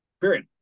Period